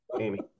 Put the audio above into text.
Amy